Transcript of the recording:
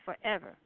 forever